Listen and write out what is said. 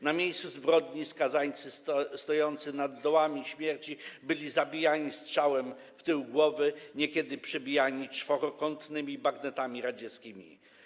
Na miejscu zbrodni skazańcy stojący nad dołami śmierci byli zabijani strzałem w tył głowy, niekiedy przebijani czworokątnymi bagnetami radzieckimi.